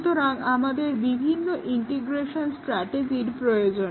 সুতরাং আমাদের ভিন্ন ইন্টিগ্রেশন স্ট্র্যাটেজি প্রয়োজন